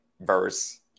verse